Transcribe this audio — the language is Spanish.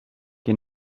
que